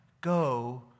go